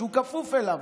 שהוא כפוף אליו,